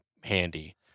handy